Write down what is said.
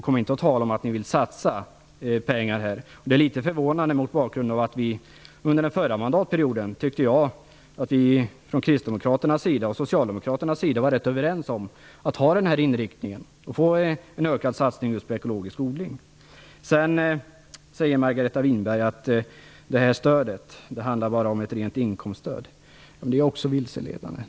Kom då inte och tala om att ni vill satsa pengar här! Det är litet förvånande, mot bakgrund av att kds och Socialdemokraterna under den förra mandatperioden var rätt överens om att ha den här inriktningen, för att få en ökad satsning just på ekologisk odling. Sedan säger Margareta Winberg att det här stödet bara är ett rent inkomststöd. Det är också vilseledande.